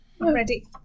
ready